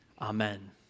Amen